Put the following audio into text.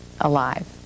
alive